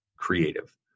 creative